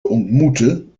ontmoeten